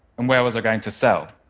and where was i going to sell?